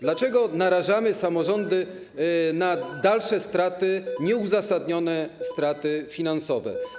Dlaczego narażamy samorządy na dalsze straty, nieuzasadnione straty finansowe?